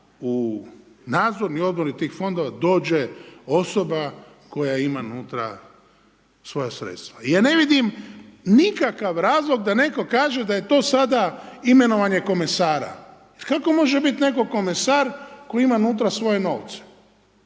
u nadzorni odbor tih fondova dođe osoba koja ima unutra svoja sredstva. Ja ne vidim nikakav razlog da netko kaže da je to sada imenovanje komesara. Kako može biti netko komesar tko ima unutra svoje novce?